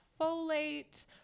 folate